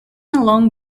along